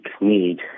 need